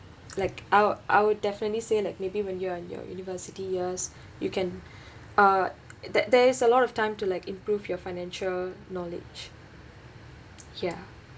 like I'd I'd definitely say like maybe when you're in your university years you can uh that there is a lot of time to like improve your financial knowledge ya